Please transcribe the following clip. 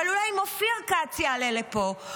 אבל אולי אם אופיר כץ יעלה לפה,